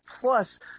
plus